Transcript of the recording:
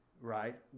right